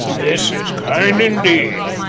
this is kind, indeed,